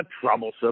troublesome